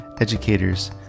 educators